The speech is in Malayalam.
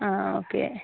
ആ ഓക്കെ